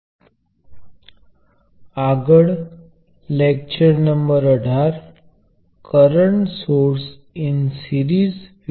આ ભાગમાં આપણે કેટલાક અગત્યના કિસ્સાઓ જોઇશુ